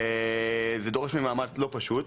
זה דורש מאמץ לא פשוט.